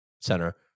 center